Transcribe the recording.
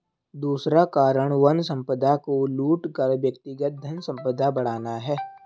दूसरा कारण वन संपदा को लूट कर व्यक्तिगत धनसंपदा बढ़ाना है